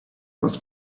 was